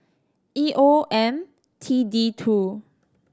E O M T D two